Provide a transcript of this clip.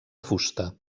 fusta